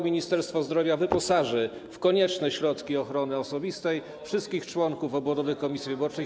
Ministerstwo Zdrowia wyposaży w konieczne środki ochrony osobistej wszystkich członków obwodowych komisji wyborczych.